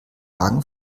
hagen